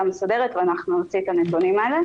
מסודרת ואנחנו נוציא את הנתונים האלה.